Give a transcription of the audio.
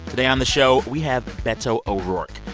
today on the show we have beto o'rourke.